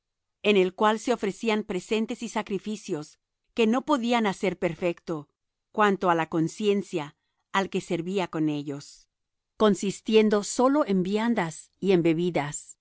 en el cual se ofrecían presentes y sacrificios que no podían hacer perfecto cuanto á la conciencia al que servía con ellos consistiendo sólo en viandas y en bebidas